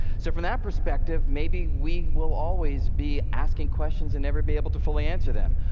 so from that perspective, maybe we will always be asking questions and never be able to fully answer them.